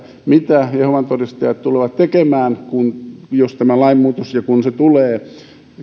mitä jehovan todistajat tulevat tekemään jos ja kun tämä lainmuutos tulee